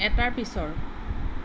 এটাৰ পিছৰ